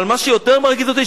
אבל מה שיותר מרגיז אותי,